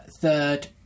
third